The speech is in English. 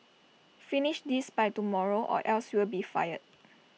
finish this by tomorrow or else you'll be fired